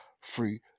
free